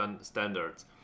standards